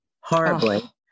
horribly